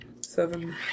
seven